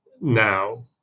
now